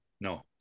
No